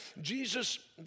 Jesus